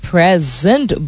present